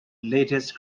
latest